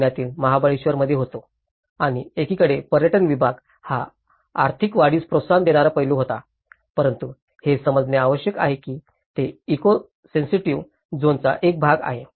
मी पुण्यातील महाबळेश्वरमध्ये होतो आणि एकीकडे पर्यटन विभाग हा आर्थिक वाढीस प्रोत्साहन देणारा पैलू होता परंतु हे समजणे आवश्यक आहे की ते इको सेन्सेटिव्ह झोनचा एक भाग आहे